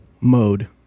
mode